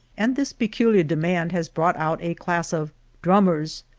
and this peculiar demand has brought out a class of drummers,